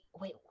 wait